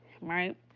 Right